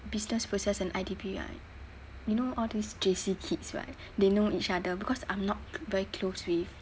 business process and I_T_B right you know all these J_C kids right they know each other because I'm not very close with